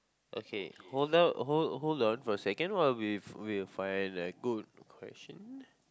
okay hold up hold hold on for a second while we we find like good question